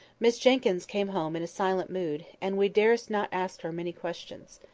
miss jenkyns came home in a silent mood, and we durst not ask her many questions.